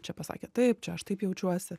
čia pasakė taip čia aš taip jaučiuosi